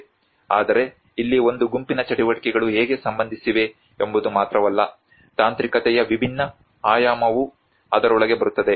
ಆದರೆ ಇಲ್ಲಿ ಒಂದು ಗುಂಪಿನ ಚಟುವಟಿಕೆಗಳು ಹೇಗೆ ಸಂಬಂಧಿಸಿವೆ ಎಂಬುದು ಮಾತ್ರವಲ್ಲ ತಾಂತ್ರಿಕತೆಯ ವಿಭಿನ್ನ ಆಯಾಮವೂ ಅದರೊಳಗೆ ಬರುತ್ತದೆ